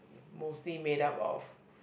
mostly made up of